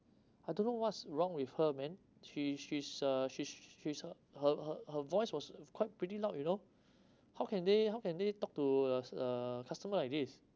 I don't know what's wrong with her man she she's uh she's she's her her her her voice was quite pretty loud you know how can they how can they talk to uh s~ uh customer like this